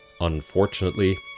unfortunately